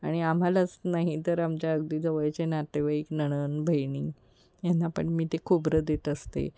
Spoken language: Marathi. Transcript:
आणि आम्हालाच नाही तर आमच्या अगदी जवळचे नातेवाईक नणंद बहिणी यांना पण मी ते खोबरं देत असते